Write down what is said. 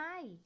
hi